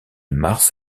mars